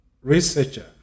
researcher